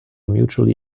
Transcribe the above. mutually